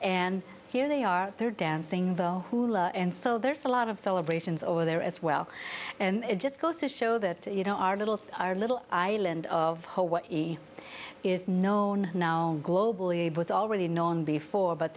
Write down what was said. and here they are they're dancing the hula and so there's a lot of celebrations over there as well and it just goes to show that you know our little our little island of hawaii is known now globally was already known before but